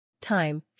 Time